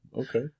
okay